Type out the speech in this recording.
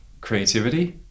creativity